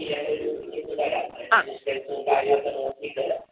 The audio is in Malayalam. ആ